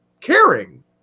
caring